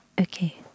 okay